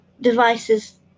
devices